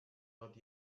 not